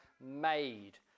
made